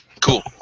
Cool